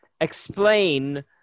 explain